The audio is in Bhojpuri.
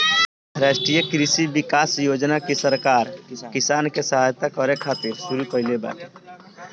राष्ट्रीय कृषि विकास योजना भी सरकार किसान के सहायता करे खातिर शुरू कईले बाटे